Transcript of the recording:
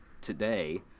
today